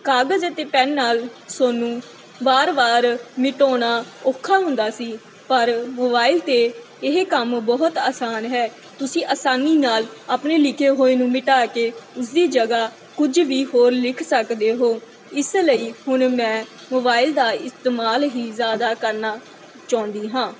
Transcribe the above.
ਕਾਗਜ਼ ਅਤੇ ਪੈਨ ਨਾਲ ਤੁਹਾਨੂੰ ਵਾਰ ਵਾਰ ਮਿਟਾਉਣਾ ਔਖਾ ਹੁੰਦਾ ਸੀ ਪਰ ਮੋਬਾਈਲ 'ਤੇ ਇਹ ਕੰਮ ਬਹੁਤ ਆਸਾਨ ਹੈ ਤੁਸੀਂ ਆਸਾਨੀ ਨਾਲ ਆਪਣੇ ਲਿਖੇ ਹੋਏ ਨੂੰ ਮਿਟਾ ਕੇ ਉਸਦੀ ਜਗ੍ਹਾ ਕੁਝ ਵੀ ਹੋਰ ਲਿਖ ਸਕਦੇ ਹੋ ਇਸ ਲਈ ਹੁਣ ਮੈਂ ਮੋਬਾਈਲ ਦਾ ਇਸਤੇਮਾਲ ਹੀ ਜ਼ਿਆਦਾ ਕਰਨਾ ਚਾਹੁੰਦੀ ਹਾਂ